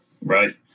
right